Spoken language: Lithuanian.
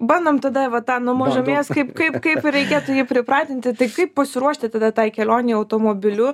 bandom tada va tą nuo mažumės kaip kaip kaip reikėtų jį pripratinti tai kaip pasiruošti tada tai kelionei automobiliu